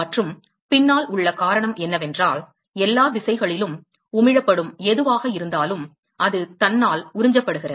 மற்றும் பின்னால் உள்ள காரணம் என்னவென்றால் எல்லா திசைகளிலும் உமிழப்படும் எதுவாக இருந்தாலும் அது தன்னால் உறிஞ்சப்படுகிறது